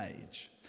age